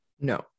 No